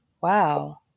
Wow